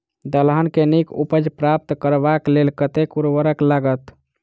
दलहन केँ नीक उपज प्राप्त करबाक लेल कतेक उर्वरक लागत?